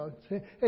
Hey